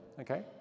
okay